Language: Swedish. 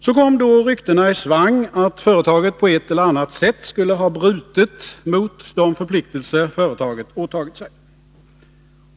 Så kom då ryktena i svang att företaget på ett eller annat sätt skulle ha brutit mot de förpliktelser det åtagit sig.